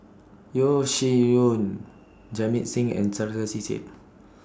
Yeo Shih Yun Jamit Singh and Sarkasi Said